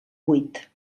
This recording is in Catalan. buit